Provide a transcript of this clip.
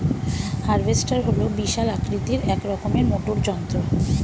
harvester হল বিশাল আকৃতির এক রকমের মোটর যন্ত্র